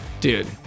Dude